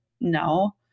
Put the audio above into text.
No